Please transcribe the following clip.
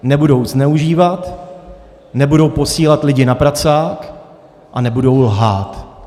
Nebudou zneužívat, nebudou posílat lidi na pracák a nebudou lhát.